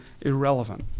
irrelevant